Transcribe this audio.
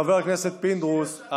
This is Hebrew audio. חבר הכנסת פינדרוס,